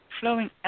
flowing